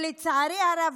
לצערי הרב,